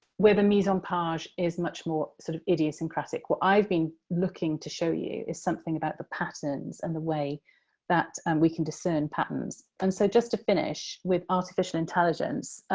where the mise-en-page is much more, sort of, idiosyncratic. what i've been looking to show you is something about the patterns and the way that we can discern patterns. and so, just to finish with artificial intelligence,